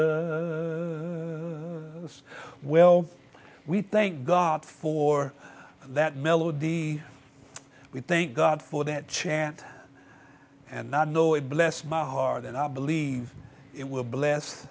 ged well we thank god for that mellow day we thank god for that chant and not know it bless my heart and i believe it will bless